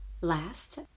Last